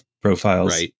profiles